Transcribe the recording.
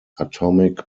atomic